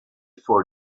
for